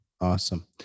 Awesome